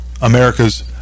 America's